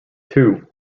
two